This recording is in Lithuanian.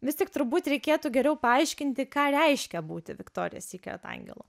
vis tik turbūt reikėtų geriau paaiškinti ką reiškia būti viktorija sykret angelu